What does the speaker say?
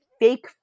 fake